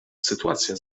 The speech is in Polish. sytuacja